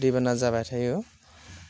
दैबाना जाबाय थायो